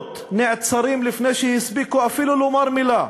וילדות נעצרים לפני שהספיקו אפילו לומר מילה,